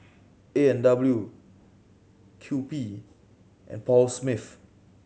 A and W Kewpie and Paul Smith